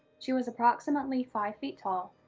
she was approximately five feet tall,